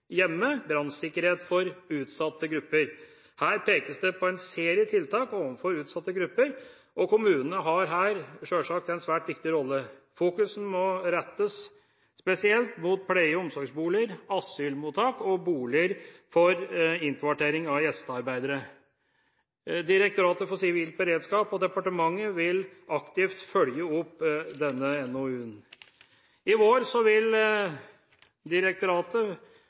hjemme – Brannsikkerhet for utsatte grupper. Her pekes det på en serie tiltak overfor utsatte grupper, og kommunene har her sjølsagt en svært viktig rolle. Fokuset må rettes spesielt mot pleie- og omsorgsboliger, asylmottak og boliger for innkvartering av gjestearbeidere. Direktoratet for sivilt beredskap og departementet vil aktivt følge opp denne NOU-en. I vår vil Direktoratet